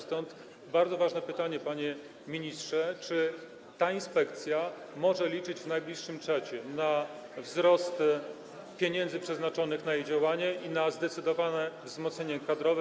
Stąd bardzo ważne pytanie, panie ministrze: Czy ta inspekcja może liczyć w najbliższym czasie na wzrost pieniędzy przeznaczonych na jej działanie i na zdecydowane wzmocnienie kadrowe?